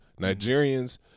Nigerians